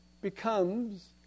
becomes